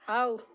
ହଉ